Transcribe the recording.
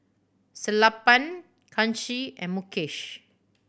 Sellapan Kanshi and Mukesh